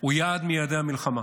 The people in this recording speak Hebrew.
הוא יעד מיעדי המלחמה.